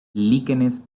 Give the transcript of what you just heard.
líquenes